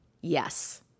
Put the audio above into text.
Yes